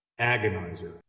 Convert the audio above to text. agonizer